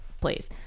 Please